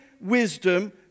wisdom